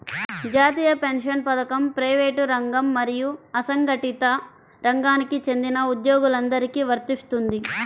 జాతీయ పెన్షన్ పథకం ప్రైవేటు రంగం మరియు అసంఘటిత రంగానికి చెందిన ఉద్యోగులందరికీ వర్తిస్తుంది